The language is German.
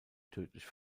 tödlich